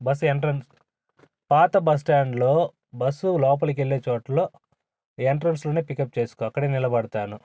bus entrance పాత బస్స్టాండ్లో bus లోపలకి వెళ్ళే చోటలో ఎంట్రెన్స్లోనే పికప్ చేసుకో అక్కడే నిలబడతాను